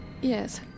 Yes